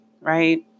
right